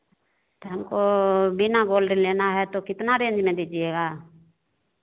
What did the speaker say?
हमको बिना गोल्ड लेना है तो कितना रेंज में दीजिएगा